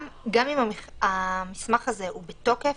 גם אם המסמך הזה בתוקף,